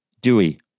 Dewey